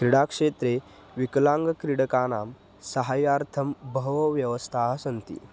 क्रीडाक्षेत्रे विकलाङ्गक्रीडकानां सहाय्यार्थं बहवो व्यवस्थाः सन्ति